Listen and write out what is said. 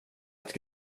att